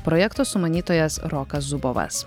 projekto sumanytojas rokas zubovas